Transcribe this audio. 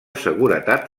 seguretat